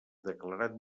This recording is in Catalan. declarat